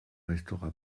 restera